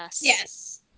Yes